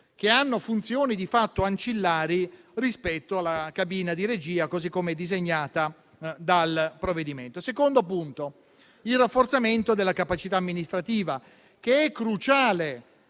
hanno funzioni ancillari rispetto alla cabina di regia, così come disegnata dal provvedimento. Il secondo punto riguarda il rafforzamento della capacità amministrativa, che è cruciale